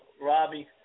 Robbie